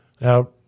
Now